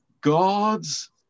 God's